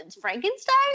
Frankenstein